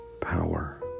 power